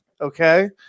okay